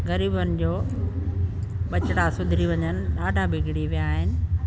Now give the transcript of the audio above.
ग़रीबनि जो ॿचिड़ा सुधरी वञनि ॾाढा बिगड़ी विया आहिनि